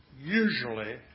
usually